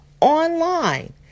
online